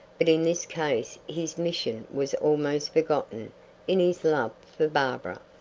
but in this case his mission was almost forgotten in his love for barbara.